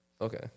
Okay